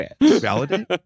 Validate